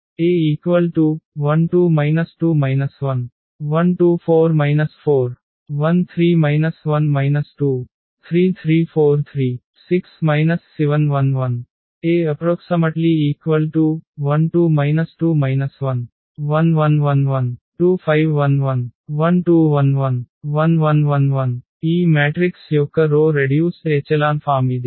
A1 2 2 1 1 2 4 4 0 3 1 2 3 3 4 3 6 7 1 1 A1 2 2 1 1 0 0 1 2 5 0 0 0 2 1 0 0 0 0 0 ఈ matrix యొక్క row reduced echelon form ఇది